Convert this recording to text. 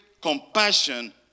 compassion